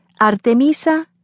Artemisa